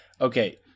Okay